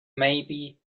maybe